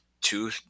two